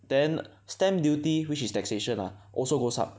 then stamp duty which is taxation ah also goes up